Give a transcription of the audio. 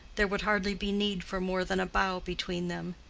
there would hardly be need for more than a bow between them.